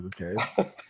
Okay